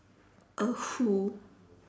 uh who